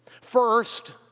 First